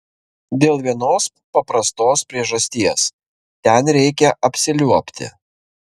dėl vienos paprastos priežasties ten reikia apsiliuobti